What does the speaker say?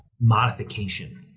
modification